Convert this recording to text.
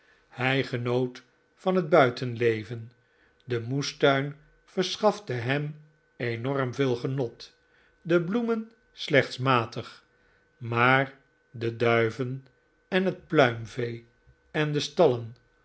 hij genoot van het buitenleven de moestuin verschafte hem enorm veel genot de bloemen slechts matig maar de duiven en het pluimvee en de stallen